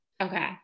Okay